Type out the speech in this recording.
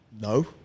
no